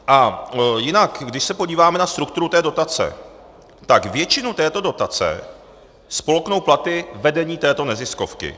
A jinak když se podíváme na strukturu té dotace, tak většinu této dotace spolknou platy vedení této neziskovky.